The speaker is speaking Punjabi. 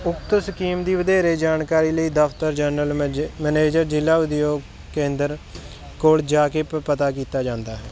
ਉਕੱਤ ਸਕੀਮ ਦੀ ਵਧੇਰੇ ਜਾਣਕਾਰੀ ਲਈ ਦਫਤਰ ਜਨਰਲ ਮੈਜ ਮੈਨੇਜਰ ਜ਼ਿਲ੍ਹਾ ਉਦਯੋਗ ਕੇਂਦਰ ਕੋਲ ਜਾ ਕੇ ਪਤਾ ਕੀਤਾ ਜਾਂਦਾ ਹੈ